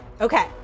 Okay